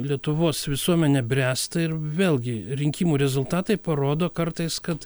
lietuvos visuomenė bręsta ir vėlgi rinkimų rezultatai parodo kartais kad